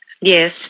Yes